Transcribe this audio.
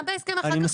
גם בהסכם אחר כך,